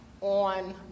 on